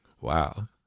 Wow